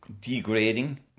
degrading